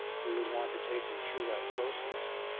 we would want to take them through that process.